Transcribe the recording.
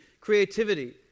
creativity